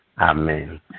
Amen